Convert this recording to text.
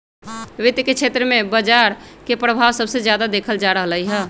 वित्त के क्षेत्र में बजार के परभाव सबसे जादा देखल जा रहलई ह